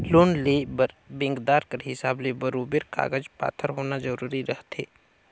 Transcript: loan लेय बर बेंकदार कर हिसाब ले बरोबेर कागज पाथर होना जरूरी रहथे